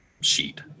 sheet